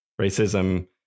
racism